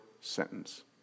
sentence